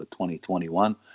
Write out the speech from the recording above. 2021